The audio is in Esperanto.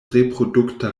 reprodukta